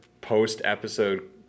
post-episode